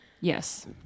Yes